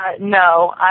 no